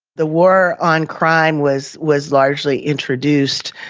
the war on crime was was largely introduced,